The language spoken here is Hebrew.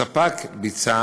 הספק ביצע